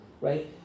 right